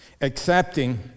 accepting